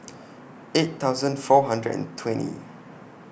eight thousand four hundred and twenty